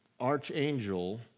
archangel